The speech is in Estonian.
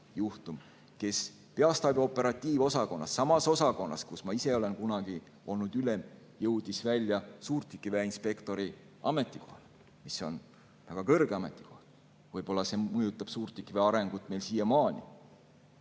kes peastaabi operatiivosakonnas, samas osakonnas, kus ma ise olen kunagi olnud ülem, jõudis välja suurtükiväe inspektori ametikohale. Väga kõrge ametikoht, võib-olla see mõjutab suurtükiväe arengut meil siiamaani.